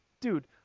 Dude